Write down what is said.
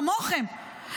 כמוכם,